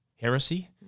heresy